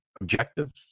objectives